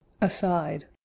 aside